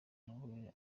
nawe